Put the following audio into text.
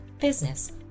business